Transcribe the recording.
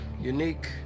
unique